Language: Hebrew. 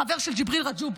חבר של ג'יבריל רג'וב,